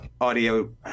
audio